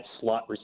slot